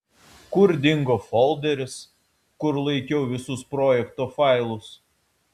kur dingo folderis kur laikiau visus projekto failus